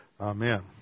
Amen